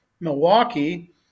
Milwaukee